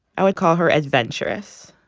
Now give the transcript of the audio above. i would call her adventurous.